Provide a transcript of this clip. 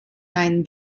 einem